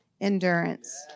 endurance